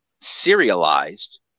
serialized